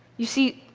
you see,